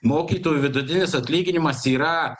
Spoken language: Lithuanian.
mokytojų vidutinis atlyginimas yra